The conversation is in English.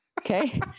Okay